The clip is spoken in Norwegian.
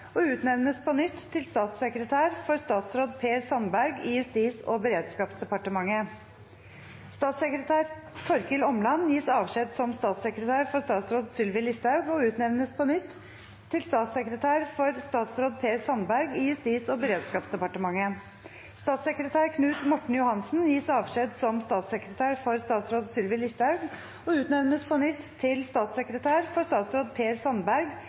og utnevnes på nytt til statssekretær for statsråd Per Sandberg i Justis- og beredskapsdepartementet. Statssekretær Torkil Åmland gis avskjed som statssekretær for statsråd Sylvi Listhaug og utnevnes på nytt til statssekretær for statsråd Per Sandberg i Justis- og beredskapsdepartementet. Statssekretær Knut Morten Johansen gis avskjed som statssekretær for statsråd Sylvi Listhaug og utnevnes på nytt til statssekretær for statsråd Per Sandberg